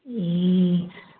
ए